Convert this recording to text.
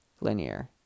linear